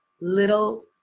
little